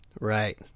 Right